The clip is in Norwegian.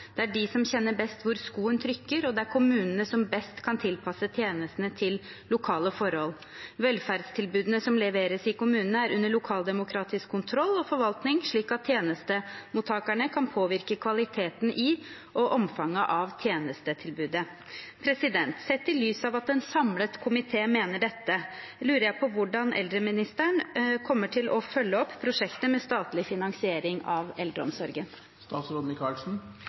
Det er de som kjenner best hvor skoen trykker, og det er kommunene som best kan tilpasse tjenestene til lokale forhold. Velferdstilbudene som leveres i kommunene, er under lokaldemokratisk kontroll og forvaltning, slik at tjenestemottagerne kan påvirke kvaliteten i og omfanget av tjenestetilbudet.» Sett i lys av at en samlet komité mener dette, lurer jeg på hvordan eldreministeren kommer til å følge opp prosjektet med statlig finansiering av eldreomsorgen.